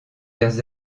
des